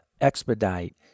Expedite